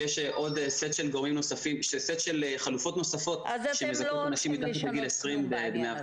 שיש עוד סט של חלופות נוספות שמזכות אנשים מתחת לדמי אבטלה.